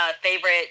favorite